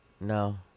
No